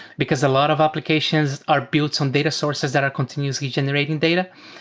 because a lot of applications are built on data sources that are continuously generating data.